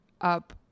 up